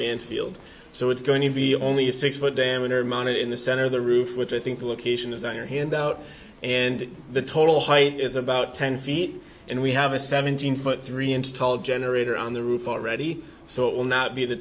mansfield so it's going to be only a six foot diameter mounted in the center of the roof which i think the location is that you're hand out and the total height is about ten feet and we have a seventeen foot three inch tall generator on the roof already so it will not be the